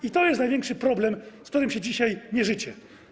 I to jest największy problem, z którym się dzisiaj mierzycie.